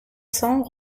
cents